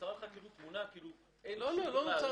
נוצרה תמונה כאילו אין שוק.